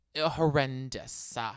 Horrendous